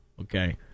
Okay